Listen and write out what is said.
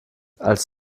als